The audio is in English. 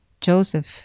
Joseph